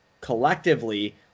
collectively